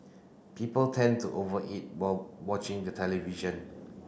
people tend to over eat while watching the television